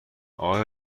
آیا